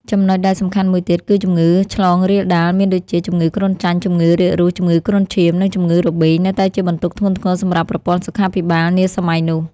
ចំណុចដែលសំខាន់មួយទៀត គឺជំងឺឆ្លងរាលដាលមានដូចជា ជំងឺគ្រុនចាញ់ ជំងឺរាករូស ជំងឺគ្រុនឈាម និងជំងឺរបេងនៅតែជាបន្ទុកធ្ងន់ធ្ងរសម្រាប់ប្រព័ន្ធសុខាភិបាលនាសម័យនោះ។